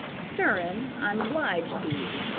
stirrin', i'm obliged to ye.